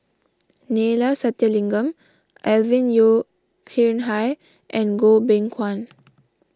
Neila Sathyalingam Alvin Yeo Khirn Hai and Goh Beng Kwan